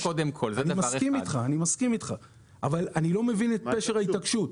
אני מסכים אתך אבל אני לא מבין את פשר ההתעקשות.